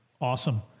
Awesome